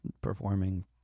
performing